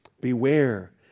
Beware